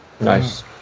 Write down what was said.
Nice